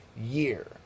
year